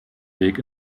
weg